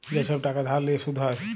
যে ছব টাকা ধার লিঁয়ে সুদ হ্যয়